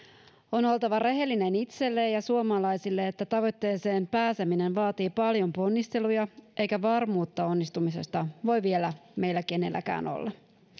on oltava rehellinen itselleen ja suomalaisille että tavoitteeseen pääseminen vaatii paljon ponnisteluja eikä varmuutta onnistumisesta voi vielä meillä kenelläkään olla